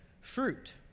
fruit